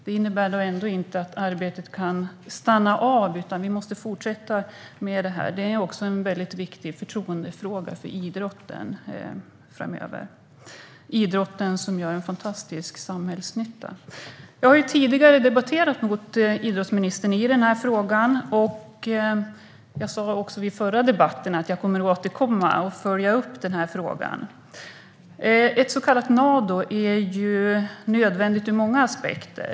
Det innebär ändå inte att arbetet kan stanna av, utan vi måste fortsätta med det här. Det är en viktig förtroendefråga framöver för idrotten, som gör en fantastisk samhällsnytta. Jag och idrottsministern har debatterat frågan tidigare. Och jag sa i den förra debatten att jag skulle återkomma och följa upp frågan. En så kallad Nado är nödvändig ur många aspekter.